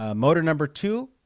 ah motor number two,